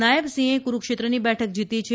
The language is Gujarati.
નાયબસિંહે કૂરૂક્ષેત્રની બેઠક જીતી છે